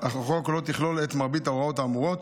החוק לא תכלול את מרבית ההוראות האמורות,